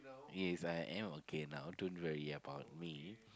yes I am okay now don't worry about me